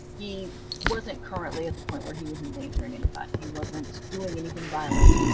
he wasn't currently at the point where he was endangering anybody. he wasn't doing anything violent.